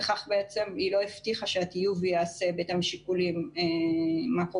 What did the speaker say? בכך בעצם היא לא הבטיחה שהטיוב ייעשה בהתאם לשיקולים מקרו-כלכליים,